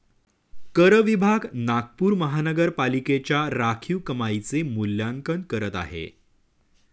कर विभाग नागपूर महानगरपालिकेच्या राखीव कमाईचे मूल्यांकन करत आहे